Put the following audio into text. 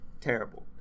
terrible